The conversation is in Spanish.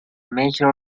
major